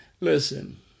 Listen